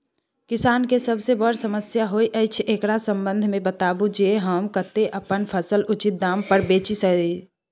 किसान के सबसे बर समस्या होयत अछि, एकरा संबंध मे बताबू जे हम कत्ते अपन फसल उचित दाम पर बेच सी?